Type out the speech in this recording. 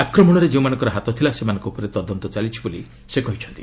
ଆକ୍ରମଣରେ ଯେଉଁମାନଙ୍କର ହାତ ଥିଲା ସେମାନଙ୍କ ଉପରେ ତଦନ୍ତ ଚାଲିଛି ବୋଲି ସେ କହିଛନ୍ତି